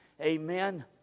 Amen